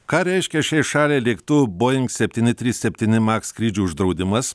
ką reiškia šiai šaliai lėktuvo boing septyni trys septyni maks skrydžių uždraudimas